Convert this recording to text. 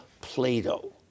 Plato